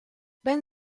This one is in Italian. ben